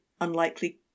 unlikely